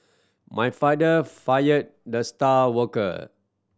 my father fired the star worker